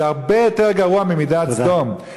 זה הרבה יותר גרוע ממידת סדום.